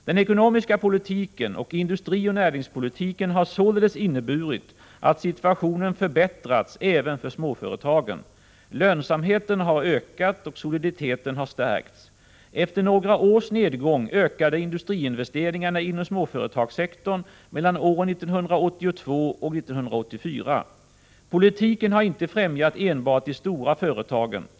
Den ekonomiska politiken och industrioch näringspolitiken har således inneburit att situationen förbättrats även för småföretagen. Lönsamheten har ökat och soliditeten har stärkts. Efter några års nedgång ökade industriinvesteringarna inom småföretagssektorn mellan åren 1982 och 1984. Politiken har inte främjat enbart de stora företagen.